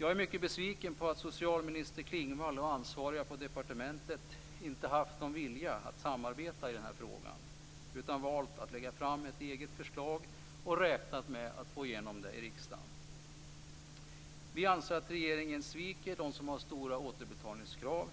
Jag är mycket besviken på att socialförsäkringsminister Klingvall och ansvariga på departementet inte haft någon vilja att samarbeta i den här frågan utan valt att lägga fram ett eget förslag och räknat med att få igenom det i riksdagen. Vi anser att regeringen sviker dem som har stora återbetalningskrav,